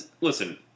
listen